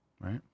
right